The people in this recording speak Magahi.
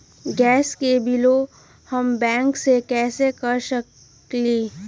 गैस के बिलों हम बैंक से कैसे कर सकली?